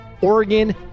Oregon